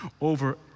over